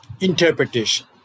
Interpretation